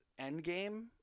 endgame